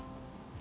ya